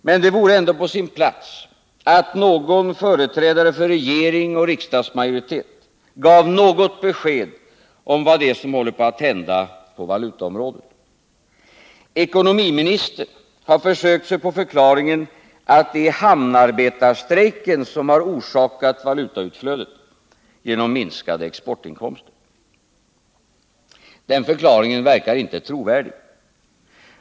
Men det vore ändå på sin plats att någon företrädare för regering och riksdagsmajoritet gav något besked om vad det är som håller på att hända på valutaområdet. Ekonomiministern har försökt sig på förklaringen att det är hamnarbetarstrejken som har orsakat valutautflödet på grund av en minskning av exportinkomsterna. Den förklaringen verkar inte trovärdig.